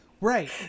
right